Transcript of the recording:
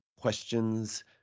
questions